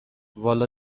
والا